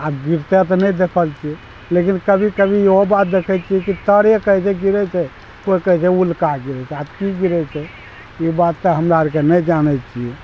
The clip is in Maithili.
आब गिरतै तऽ नहि देखल छियै लेकिन कभी कभी इहो बात देखै छियै कि तारे कहै छै गिरै छै कोइ कहै छै उल्का गिरै छै आब की गिरै छै ई बात तऽ हमरा आरके नहि जानै छियै